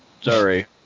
sorry